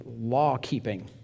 law-keeping